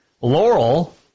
Laurel